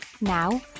Now